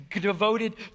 devoted